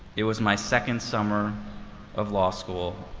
it was my second summer of law school,